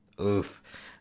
Oof